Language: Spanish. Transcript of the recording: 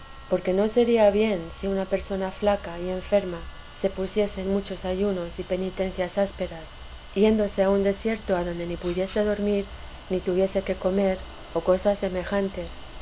porque no sería bien si una persona flaca y enferma se pusiese en muchos ayunos y penitencias ásperas yéndose a un desierto adonde ni pudiese dormir ni tuviese qué comer o cosas semejantes